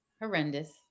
horrendous